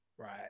right